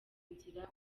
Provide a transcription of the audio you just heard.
inzira